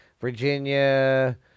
Virginia